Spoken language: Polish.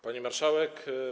Pani Marszałek!